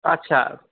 আচ্ছা